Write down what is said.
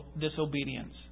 disobedience